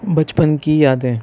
بچپن کی یادیں